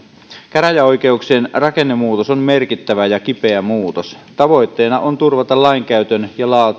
käräjäoikeuksien rakennemuutos on merkittävä ja kipeä muutos tavoitteena on turvata lainkäytön